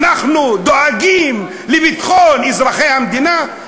אנחנו דואגים לביטחון אזרחי המדינה?